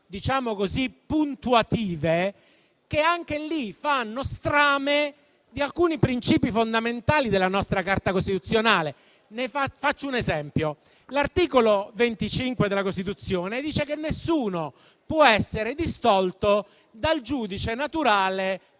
di violazioni "puntuative" che, anche lì, strame di alcuni principi fondamentali della nostra Carta costituzionale. Faccio un esempio: l'articolo 25 della Costituzione dice che nessuno può essere distolto dal giudice naturale